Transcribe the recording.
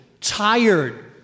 tired